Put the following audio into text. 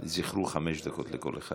זכרו, חמש דקות לכל אחד.